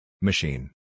Machine